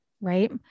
right